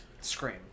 Scream